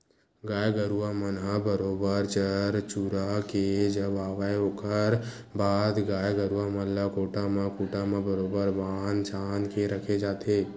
गाय गरुवा मन ह बरोबर चर चुरा के जब आवय ओखर बाद गाय गरुवा मन ल कोठा म खूंटा म बरोबर बांध छांद के रखे जाथे